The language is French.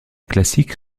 classique